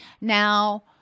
Now